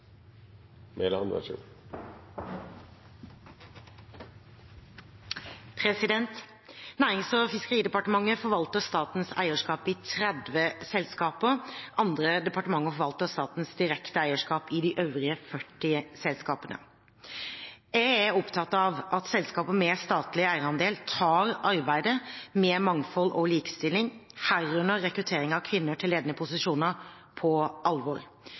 Nærings- og fiskeridepartementet forvalter statens eierskap i 30 selskaper. Andre departementer forvalter statens direkte eierskap i de øvrige 40 selskapene. Jeg er opptatt av at selskaper med statlig eierandel tar arbeidet med mangfold og likestilling, herunder rekruttering av kvinner til ledende posisjoner, på alvor.